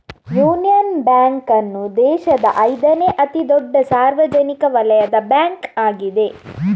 union Bank ಅನ್ನು ದೇಶದ ಐದನೇ ಅತಿ ದೊಡ್ಡ ಸಾರ್ವಜನಿಕ ವಲಯದ ಬ್ಯಾಂಕ್ ಆಗಿದೆ